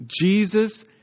Jesus